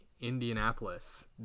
indianapolis